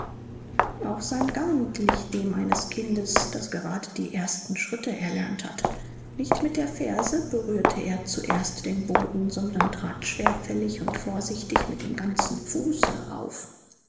auch sein gang glich dem eines kindes das gerade die ersten schritte erlernt hat nicht mit der ferse berührte er zuerst den boden sondern trat schwerfällig und vorsichtig mit dem ganzen fuße auf